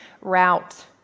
route